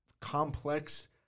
complex